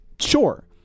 Sure